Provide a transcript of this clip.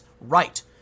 right